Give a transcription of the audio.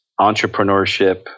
entrepreneurship